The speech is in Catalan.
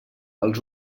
els